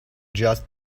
just